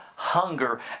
hunger